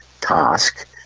task